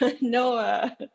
no